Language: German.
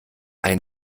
ein